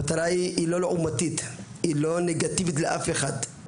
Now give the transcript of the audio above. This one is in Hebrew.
המטרה היא לא לעומתית, היא לא נגטיבית לאף אחד.